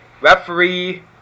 referee